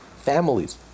families